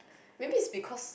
maybe is because